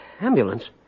Ambulance